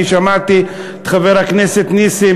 אני שמעתי את חבר כנסת נסים,